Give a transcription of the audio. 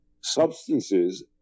substances